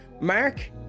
Mark